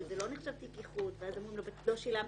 וזה לא נחשב תיק איחוד ואז אומרים לו לא שילמת.